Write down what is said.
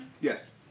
Yes